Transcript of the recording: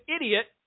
idiot